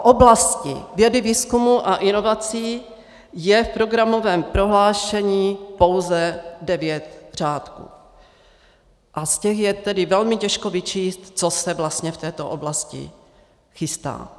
O oblasti vědy, výzkumu a inovací je v programovém prohlášení pouze devět řádků a z těch je tedy velmi těžko vyčíst, co se vlastně v této oblasti chystá.